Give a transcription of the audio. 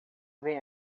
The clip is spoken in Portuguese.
vem